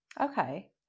Okay